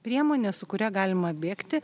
priemonę su kuria galima bėgti